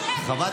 אתה יודע,